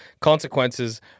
consequences